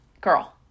Girl